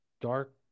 dark